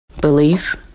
belief